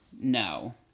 No